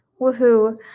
Woohoo